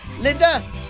Linda